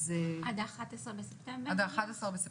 עד ה-11 בספטמבר?